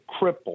cripple